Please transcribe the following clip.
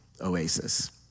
oasis